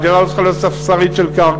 המדינה לא צריכה להיות ספסרית של קרקע,